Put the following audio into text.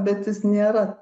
bet jis nėra